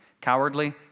Cowardly